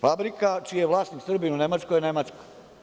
Fabrika čiji je vlasnik Srbin u Nemačkoj je nemačka.